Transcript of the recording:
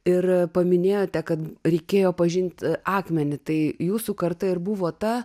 ir paminėjote kad reikėjo pažint akmenį tai jūsų karta ir buvo ta